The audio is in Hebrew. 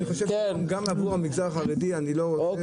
אני חושב שגם עבור המגזר החרדי --- אבל